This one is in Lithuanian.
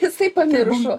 jisai pamiršo